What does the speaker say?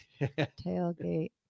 Tailgate